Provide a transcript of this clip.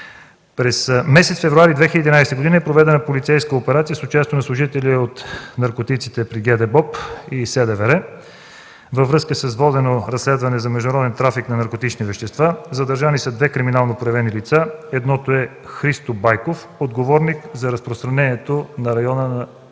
През месец февруари 2011 г. е проведена полицейска операция с участие на служители от „Наркотици” при ГДБОП и СДВР във връзка с водено разследване за международен трафик на наркотични вещества. Задържани са две криминално проявени лица. Едното е Христо Байков – отговорник за разпространението в района на VІ